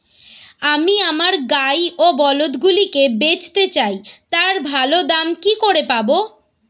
আমি আমার গাই ও বলদগুলিকে বেঁচতে চাই, তার ভালো দাম কি করে পাবো?